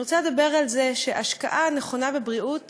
אני רוצה לדבר על זה שהשקעה נכונה בבריאות